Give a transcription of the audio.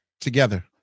together